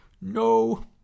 no